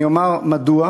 אני אומר מדוע